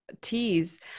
Teas